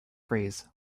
phrase